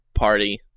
party